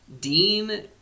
Dean